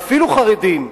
ואפילו חרדים,